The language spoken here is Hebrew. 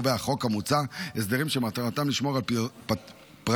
קובע החוק המוצע הסדרים שמטרתם לשמור על פרטיותם